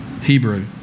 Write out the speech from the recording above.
Hebrew